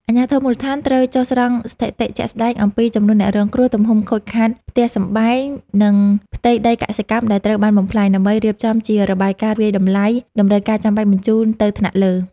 អាជ្ញាធរមូលដ្ឋានត្រូវចុះស្រង់ស្ថិតិជាក់ស្ដែងអំពីចំនួនអ្នករងគ្រោះ ទំហំខូចខាតផ្ទះសម្បែង និងផ្ទៃដីកសិកម្មដែលត្រូវបានបំផ្លាញ ដើម្បីរៀបចំជារបាយការណ៍វាយតម្លៃតម្រូវការចាំបាច់បញ្ជូនទៅថ្នាក់លើ។